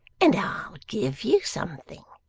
and i'll give you something.